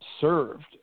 served